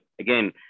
again